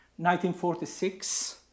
1946